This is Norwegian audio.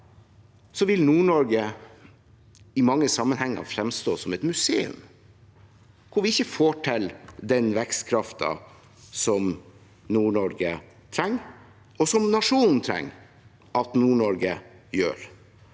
nå, vil Nord-Norge i mange sammenhenger fremstå som et museum hvor vi ikke får til den vekstkraften som Nord-Norge trenger, og som nasjonen trenger at Nord-Norge får.